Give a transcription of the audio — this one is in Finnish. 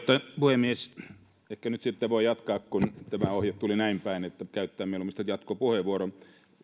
puhemies ehkä nyt sitten voin jatkaa kun ohje tuli näinpäin että käyttää mieluummin sitten jatkopuheenvuoron